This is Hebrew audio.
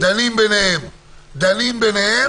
שהם בינתיים